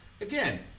Again